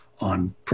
on